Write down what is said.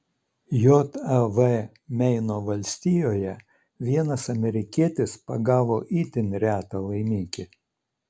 jav meino valstijoje vienas amerikietis pagavo itin retą laimikį